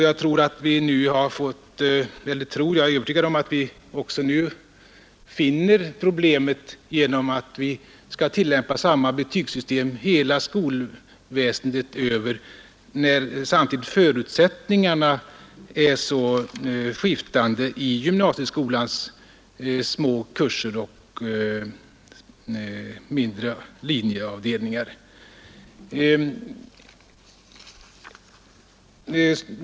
Jag är övertygad om att vi nu upplever samma problem genom att vi tillämpar ett och samma hbetygssystem över hela skolsystemet, när samtidigt förutsättningarna är så skiftande i gymnasieskolan med små kurser och mindre linjeavdelningar.